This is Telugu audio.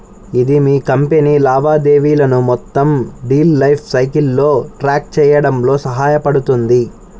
ఇది మీ కంపెనీ లావాదేవీలను మొత్తం డీల్ లైఫ్ సైకిల్లో ట్రాక్ చేయడంలో సహాయపడుతుంది